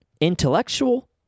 intellectual